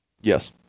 Yes